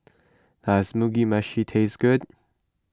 does Mugi Meshi taste good